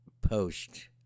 post